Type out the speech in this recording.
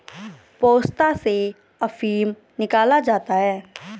पोस्ता से अफीम निकाला जाता है